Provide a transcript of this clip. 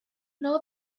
know